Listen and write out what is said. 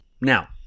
Now